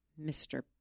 Mr